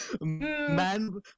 Man